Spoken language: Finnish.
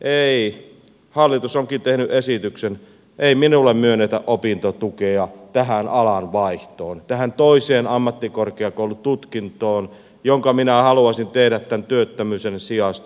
ei hallitus onkin tehnyt esityksen ei minulle myönnetä opintotukea tähän alan vaihtoon tähän toiseen ammattikorkeakoulututkintoon jonka minä haluaisin tehdä tämän työttömyyteni sijasta